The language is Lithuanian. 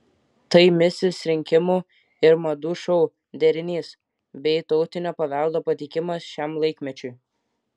tai misis rinkimų ir madų šou derinys bei tautinio paveldo pateikimas šiam laikmečiui